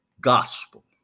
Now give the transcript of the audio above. gospel